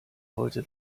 heute